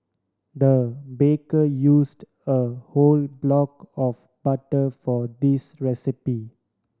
the baker used a whole block of butter for this recipe